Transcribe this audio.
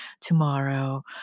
tomorrow